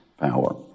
power